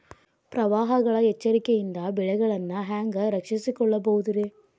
ಪ್ರವಾಹಗಳ ಎಚ್ಚರಿಕೆಯಿಂದ ಬೆಳೆಗಳನ್ನ ಹ್ಯಾಂಗ ರಕ್ಷಿಸಿಕೊಳ್ಳಬಹುದುರೇ?